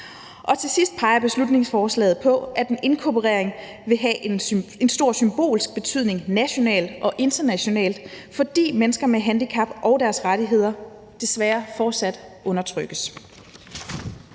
Til sidst peger beslutningsforslaget på, at en inkorporering vil have en stor symbolsk betydning nationalt og internationalt, fordi mennesker med handicap og deres rettigheder desværre fortsat undertrykkes.